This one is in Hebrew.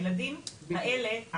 הילדים האלה,